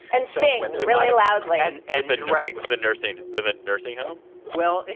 and so when really allowed land and then. right with the nursing. with a nursing home well,